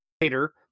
later